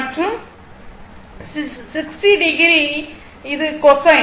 மற்றும் 60o இன் cosine